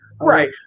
right